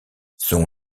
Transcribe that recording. son